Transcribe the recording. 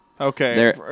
Okay